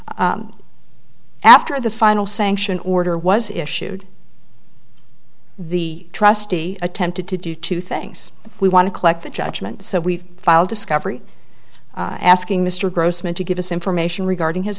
after the final sanction order was issued the trustee attempted to do two things we want to collect the judgment so we filed discovery asking mr grossman to give us information regarding his